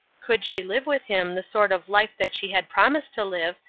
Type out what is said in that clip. could she live with him the sort of life that she had promised to live,